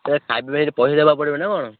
କ'ଣ ଦବାକୁ ପଡ଼ିବ ନା କ'ଣ